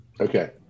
Okay